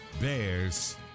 Bears